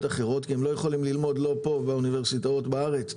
אחרות כי הם לא יכולים ללמוד לא פה באוניברסיטאות בארץ,